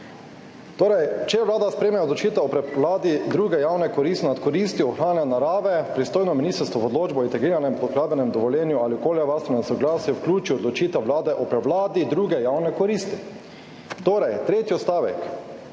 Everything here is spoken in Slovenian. torej: »Če vlada sprejme odločitev o prevladi druge javne koristi nad koristjo ohranjanja narave, pristojno ministrstvo v odločbo o integriranem uporabnem dovoljenju ali okoljevarstvenem soglasju vključi odločitev vlade o prevladi druge javne koristi.« Tretji odstavek: